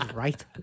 Right